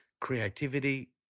Creativity